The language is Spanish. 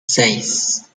seis